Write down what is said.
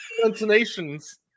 pronunciations